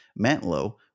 Mantlo